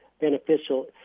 beneficial